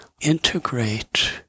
integrate